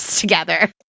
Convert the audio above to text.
together